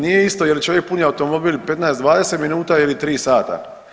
Nije isto je li čovjek punio automobil 15, 20 minuta ili 3 sata.